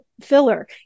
filler